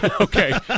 Okay